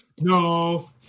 No